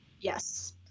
yes